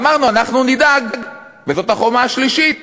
ואמרנו: אנחנו נדאג, וזאת החומה השלישית,